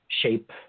shape